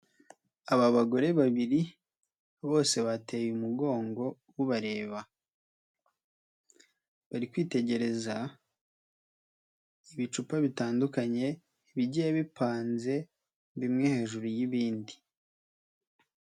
Aba bagore babiri bose bateye umugongo ubareba. Bari kwitegereza ibicupa bitandukanye bigiye bipanze bimwe hejuru y'ibindi.